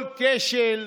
כל כשל,